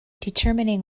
determining